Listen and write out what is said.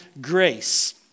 grace